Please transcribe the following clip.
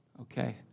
Okay